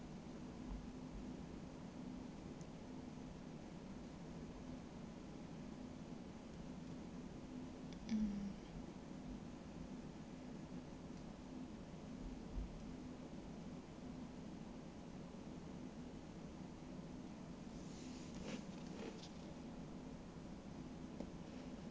mm